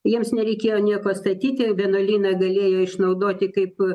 jiems nereikėjo nieko statyti vienuolyną galėjo išnaudoti kaip